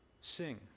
sing